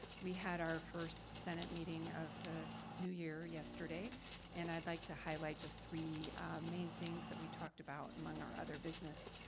we had our first senate meeting of the new year yesterday and i would like to highlight just three main things that we talked about among our other business.